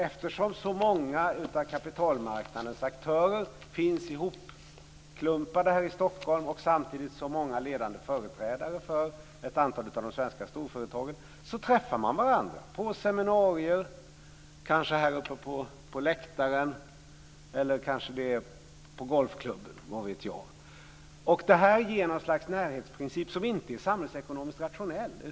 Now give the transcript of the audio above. Eftersom så många av kapitalmarknadens aktörer finns ihopklumpade här i Stockholm, samtidigt som många ledande företrädare för ett antal av de svenska storföretagen också finns här, så träffar man varandra på seminarier, kanske här uppe på läktaren eller kanske på golfklubben - vad vet jag? Detta ger något slags närhetsprincip som inte är samhällsekonomiskt rationell.